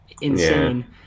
insane